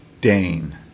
Dane